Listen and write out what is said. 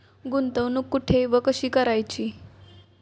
गुंतवणूक कुठे व कशी करायची?